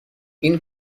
این